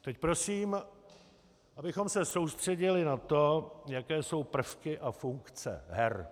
Teď prosím, abychom se soustředili na to, jaké jsou prvky a funkce her.